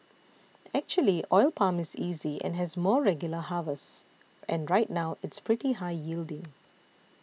actually oil palm is easy and has more regular harvests and right now it's pretty high yielding